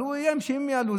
אבל הוא איים שאם הם יעלו,